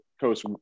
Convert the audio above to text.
Coast